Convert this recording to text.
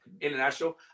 international